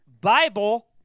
Bible